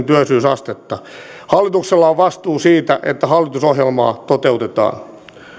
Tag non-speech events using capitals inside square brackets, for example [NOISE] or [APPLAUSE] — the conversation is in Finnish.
[UNINTELLIGIBLE] työllisyysastetta hallituksella on vastuu siitä että hallitusohjelmaa toteutetaan